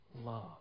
love